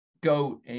GOAT